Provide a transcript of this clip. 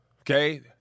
Okay